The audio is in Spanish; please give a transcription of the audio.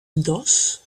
dos